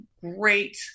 great